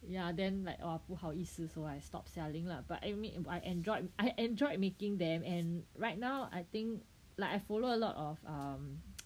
ya then like err 不好意思 so I stop selling lah but I make I enjoyed I enjoyed making them and right now I think like I follow a lot of um